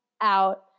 out